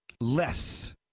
less